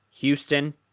Houston